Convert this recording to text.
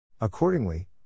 Accordingly